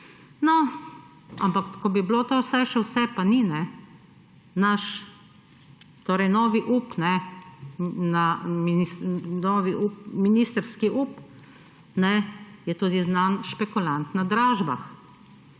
No, ampak ko bi bilo to vsaj še vse, pa ni, ne. Naš torej novi up, ministrski up, je tudi znan špekulant na dražbah.